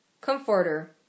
Comforter